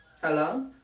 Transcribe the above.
hello